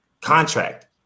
contract